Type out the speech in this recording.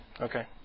Okay